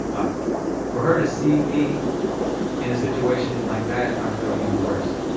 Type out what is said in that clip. ah for her to see me in a situation like that, i felt even worse.